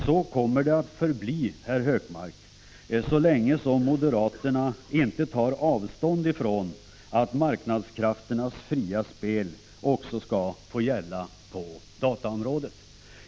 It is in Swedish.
Så kommer det att förbli, Gunnar Hökmark, så länge moderaterna inte tar avstånd från att marknadskrafternas fria spel skall få gälla också på dataområdet.